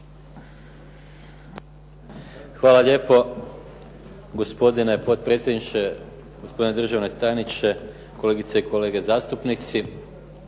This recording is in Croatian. Hvala lijepo. Gospodine potpredsjedniče, gospodine državni tajniče, kolegice i kolege zastupnici.